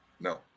No